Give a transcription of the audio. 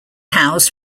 housed